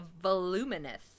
voluminous